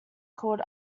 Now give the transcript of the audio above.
called